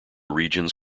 regions